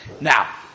Now